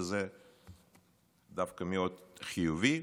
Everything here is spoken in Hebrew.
שזה דווקא מאוד חיובי.